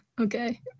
Okay